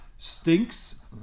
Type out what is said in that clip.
Stinks